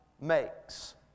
makes